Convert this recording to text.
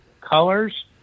colors